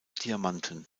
diamanten